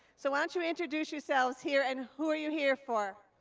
so why don't you introduce yourselves here, and who are you here for?